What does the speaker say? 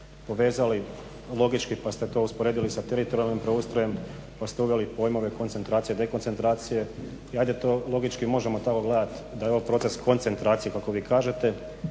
povezali logički, pa ste to usporedili da teritorijalnim preustrojem, pa ste uveli pojmove koncentracije, dekoncentracije. I hajde to logički možemo tako gledati da je ovo proces koncentracije kako vi kažete.